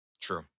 True